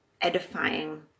edifying